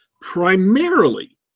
primarily